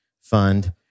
Fund